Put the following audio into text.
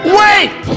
wait